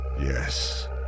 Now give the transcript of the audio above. Yes